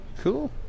Cool